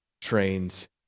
trains